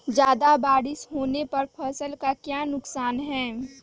ज्यादा बारिस होने पर फसल का क्या नुकसान है?